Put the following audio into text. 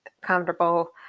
comfortable